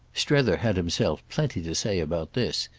strether had himself plenty to say about this,